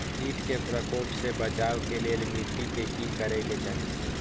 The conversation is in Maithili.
किट के प्रकोप से बचाव के लेल मिटी के कि करे के चाही?